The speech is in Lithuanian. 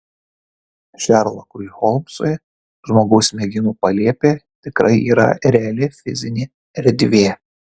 šerlokui holmsui žmogaus smegenų palėpė tikrai yra reali fizinė erdvė